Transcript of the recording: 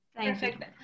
Perfect